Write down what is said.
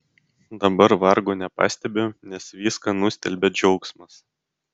dabar vargo nepastebiu nes viską nustelbia džiaugsmas